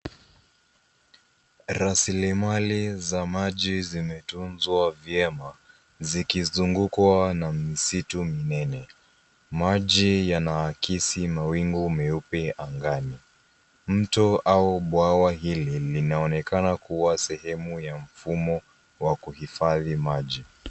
Rasilimali za maji zimetunzwa vyema, zikizungukwa na misitu minene. Maji yanaakisi mawingu meupe angani. Mto au bwawa hili linaonekana kuwa sehemu ya mfumo wa kuhifadhi maji.